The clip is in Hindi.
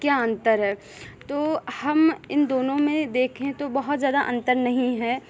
क्या अंतर है तो हम इन दोनों में देखें तो बहुत ज़्यादा अंतर नहीं है